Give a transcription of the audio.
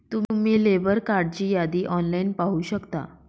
तुम्ही लेबर कार्डची यादी ऑनलाइन पाहू शकता